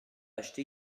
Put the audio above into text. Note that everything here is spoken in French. acheté